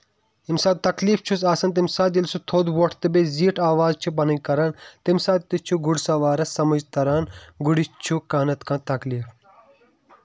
ییٚمہِ ساتہٕ تکلیٖف چھُس آسان تَمہِ ساتہٕ ییٚلہِ سُہ تھوٚد وۄٹھ تہٕ بیٚیہِ زیٖٹھ آواز پَنٕنۍ کران تَمہِ ساتہٕ تہِ چھُ گُر ساوارس سَمٕج تران گُرس چھُ کانٛہہ نتہٕ کانٛہہ تِکلیٖف